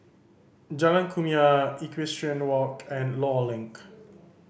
Jalan Kumia Equestrian Walk and Law Link